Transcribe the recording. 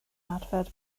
arfer